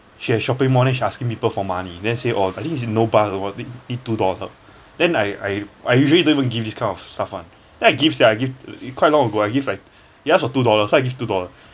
she at shopping mall then she asking people for money then say oh I think she said no bus or what need two dollar then I I I usually don't even give this kind of stuff [one] then I give sia I give quite long ago I give like she asked for two dollar so I give two dollar